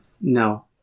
No